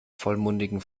vollmundigen